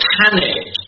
panic